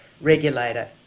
regulator